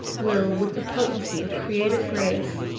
will, with the potency of creative grace,